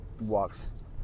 walks